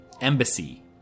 embassy